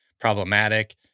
problematic